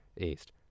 east